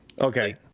Okay